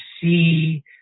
see